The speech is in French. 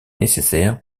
nécessaire